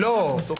לא,